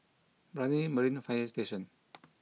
Brani Marine Fire Station